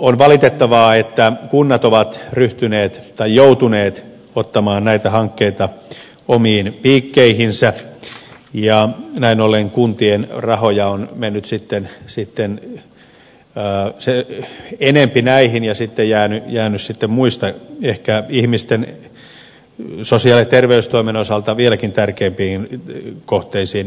on valitettavaa että kunnat ovat joutuneet ottamaan näitä hankkeita omiin piikkeihinsä ja näin ollen kuntien rahoja on mennyt sitten enempi näihin ja jäänyt sitten muista ehkä sosiaali ja terveystoimen osalta vieläkin tärkeämpiin kohteisiin